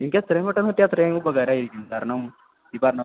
എനിക്ക് എത്രയും പെട്ടെന്ന് കിട്ടിയാൽ അത്രയും ഉപകാരം ആയിരിക്കും കാരണം ഈ പറഞ്ഞ